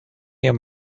your